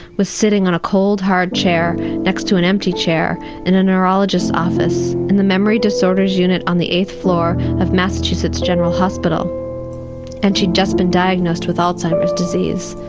was sitting on a cold, hard chair next to an empty chair in a neurologist's office in the memory disorders unit on the eighth floor of massachusetts general hospital and she'd just been diagnosed with alzheimer's disease.